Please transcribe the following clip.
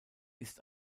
ist